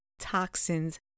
toxins